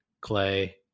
Clay